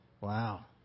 Wow